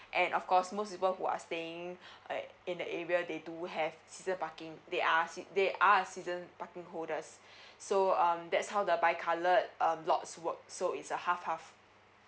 and of course most people who are staying at in the area they do have season parking they are they are season parking holders so um that's how the bi coloured um lots work so it's a half half